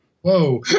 whoa